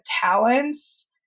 talents